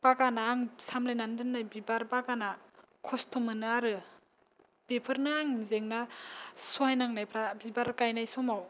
बागाना आं सामलायनानै दोननाय बिबार बागाना खस्थ' मोनो आरो बेफोरनि आंनि जेंना सहायनांनायफ्रा बिबार गायनाय समाव